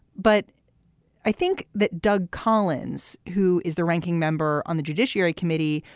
but i think that doug collins, who is the ranking member on the judiciary committee,